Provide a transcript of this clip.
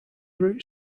route